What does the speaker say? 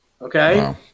okay